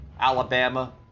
Alabama